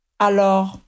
Alors